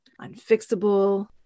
unfixable